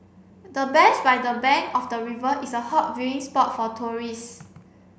the bench by the bank of the river is a hot viewing spot for tourist